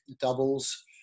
doubles